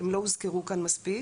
והן לא הוזכרו כאן מספיק,